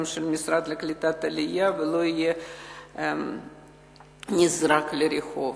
של המשרד לקליטת העלייה ולא ייזרק לרחוב.